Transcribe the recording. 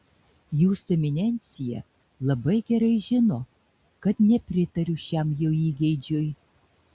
jūsų eminencija labai gerai žino kad nepritariu šiam jo įgeidžiui